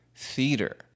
theater